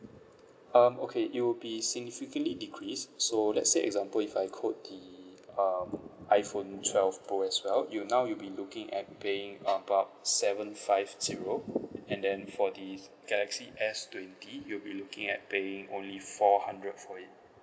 um okay it will be significantly decreased so let's say example if I quote the um iphone twelve pro as well you now you'll be looking at paying about seven five zero and then for the galaxy S twenty you'll be looking at paying only four hundred for it